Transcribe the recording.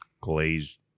glazed